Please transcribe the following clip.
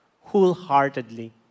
wholeheartedly